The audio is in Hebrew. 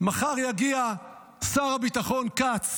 מחר יגיע שר הביטחון כץ